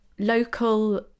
local